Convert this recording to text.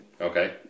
Okay